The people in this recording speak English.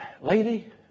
lady